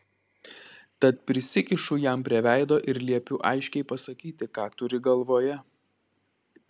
tad prisikišu jam prie veido ir liepiu aiškiai pasakyti ką turi galvoje